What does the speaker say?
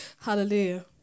Hallelujah